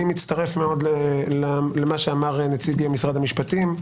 אני מצטרף מאוד למה שאמר נציג משרד המשפטים.